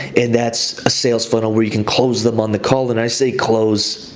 and that's a sales funnel where you can close them on the call, and i say, close,